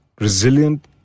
resilient